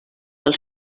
del